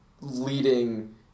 leading